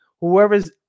Whoever's